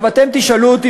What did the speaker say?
אתם תשאלו אותי